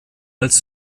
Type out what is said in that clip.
als